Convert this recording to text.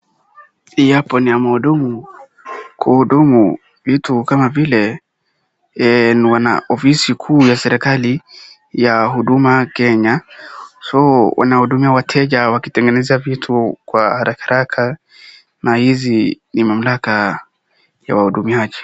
Hii hapo ni ya mhudumu, kuhudumu vitu kama vile wana ofisi kuu ya serikali, ya huduma Kenya, so wanahudumia wakenya wakitengeneza vitu kwa harakaharaka na hizi ni mamlaka ya wahudumiaji.